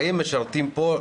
שבאים ומשרתים פה,